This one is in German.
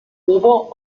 ober